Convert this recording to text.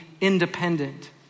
independent